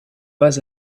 pas